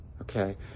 Okay